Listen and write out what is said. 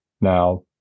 Now